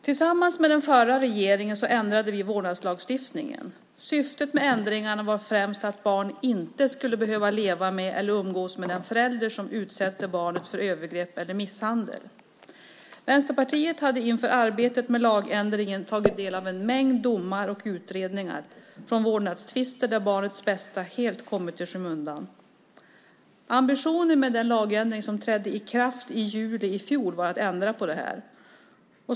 Tillsammans med den förra regeringen ändrade vi vårdnadslagstiftningen. Syftet med ändringarna var främst att ett barn inte skulle behöva leva med eller umgås med en förälder som utsätter barnet för övergrepp eller misshandel. Vänsterpartiet hade inför arbetet med lagändringen tagit del av en mängd domar och utredningar från vårdnadstvister där barnets bästa helt kommit i skymundan. Ambitionen med den lagändring som trädde i kraft i juli i fjol var att ändra på detta.